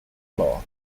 floor